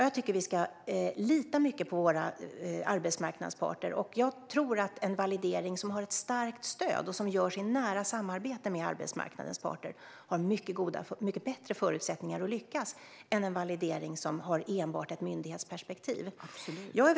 Jag tycker att vi ska lita mycket på arbetsmarknadens parter, och jag tror att en validering som har starkt stöd och som görs i nära samarbete med arbetsmarknadens parter har mycket bättre förutsättningar att lyckas än en validering som har enbart ett myndighetsperspektiv. : Absolut!)